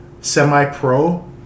Semi-pro